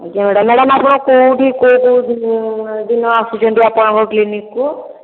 ଆଜ୍ଞା madam madam ଆପଣ କେଉଁଠି କେଉଁ କେଉଁ ଦିନ ଆସୁଛନ୍ତି ଆପଣଙ୍କ କ୍ଲିନିକ୍ କୁ